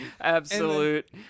absolute